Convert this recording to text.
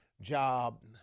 job